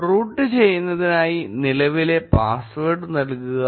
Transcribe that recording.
root ചെയ്യുന്നതിന് ആയി നിലവിലെ പാസ്വേഡ് നൽകുക